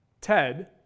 ted